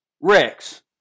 Rex